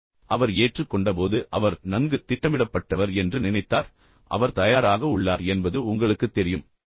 வெளிப்படையாக அவர் ஏற்றுக்கொண்டபோது அவர் நன்கு திட்டமிடப்பட்டவர் என்று நினைத்தார் அவர் தயாராக உள்ளார் என்பது உங்களுக்குத் தெரியும்